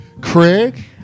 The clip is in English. Craig